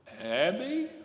Abby